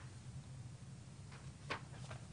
ארבעה נגד.